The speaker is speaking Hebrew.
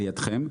על ידכם,